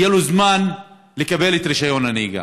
יהיה להם זמן לקבל רישיון נהיגה.